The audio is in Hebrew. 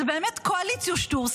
זה באמת קואליציוש טורס,